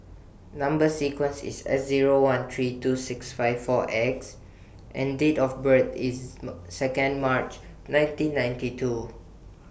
Number sequence IS S Zero one three two six five four X and Date of birth IS Second March nineteen ninety two